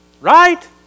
Right